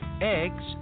eggs